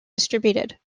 distributed